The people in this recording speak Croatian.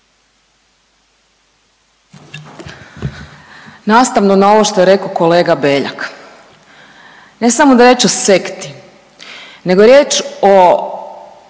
Nastavno na ovo što je rekao kolega Beljak. Ne samo da je riječ o sekti, nego je riječ o